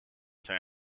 tank